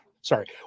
sorry